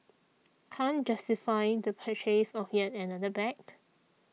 can't justify the purchase of yet another bag